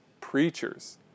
Preachers